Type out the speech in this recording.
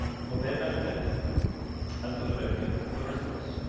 for their benefit and for the benefit of the rest of us.